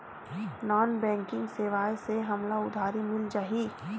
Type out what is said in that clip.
Non banking सेवाएं से हमला उधारी मिल जाहि?